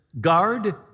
guard